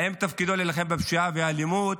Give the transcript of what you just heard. האם תפקידו להילחם בפשיעה ובאלימות?